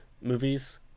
movies